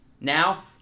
now